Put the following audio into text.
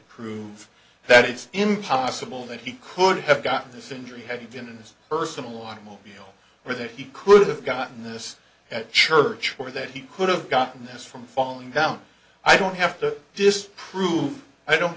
prove that it's impossible that he could have gotten this injury had he been in his personal automobile or that he could have gotten this church or that he could have gotten this from falling down i don't have to just prove i don't